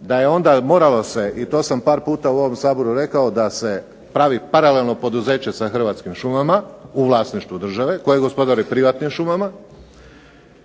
da je onda moralo se, i to sam par puta u ovom Saboru rekao da se pravi paralelno poduzeće sa Hrvatskim šumama, u vlasništvu države, koje gospodari privatnim šumama,